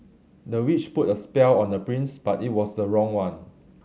the witch put a spell on the prince but it was the wrong one